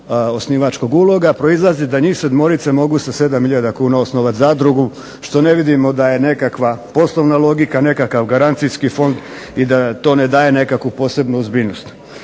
osnivačkog uloga, proizlazi da njih sedmorica mogu sa 7 hiljada kuna osnovati zadrugu, što ne vidimo da je nekakva poslovna logika, nekakav garancijski fond i da to ne daje nekakvu posebnu ozbiljnost.